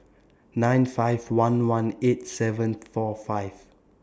nine five one one eight seven four five